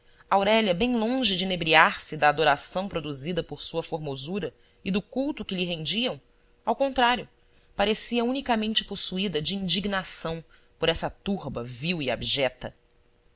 beleza aurélia bem longe de inebriar se da adoração produzida por sua formosura e do culto que lhe rendiam ao contrário parecia unicamente possuída de indignação por essa turba vil e abjeta